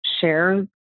share